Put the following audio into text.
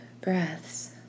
breaths